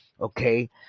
Okay